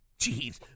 Jeez